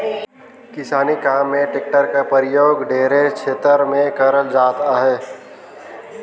किसानी काम मे टेक्टर कर परियोग ढेरे छेतर मे करल जात अहे